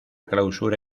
clausura